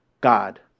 God